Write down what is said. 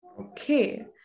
Okay